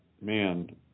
man